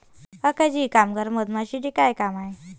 काका जी कामगार मधमाशीचे काय काम आहे